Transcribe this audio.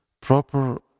proper